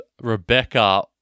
Rebecca